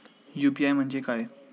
UPI म्हणजे काय?